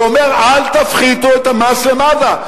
ואומר: אל תפחיתו את המס למטה.